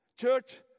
Church